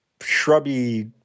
shrubby